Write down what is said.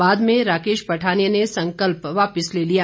बाद में राकेश पठानिया ने संकल्प वापिस ले लिया